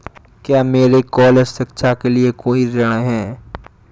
क्या मेरे कॉलेज शिक्षा के लिए कोई ऋण है?